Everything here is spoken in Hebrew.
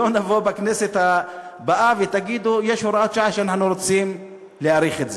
שלא נבוא בכנסת הבאה ותגידו: יש הוראת שעה ואנחנו רוצים להאריך את זה.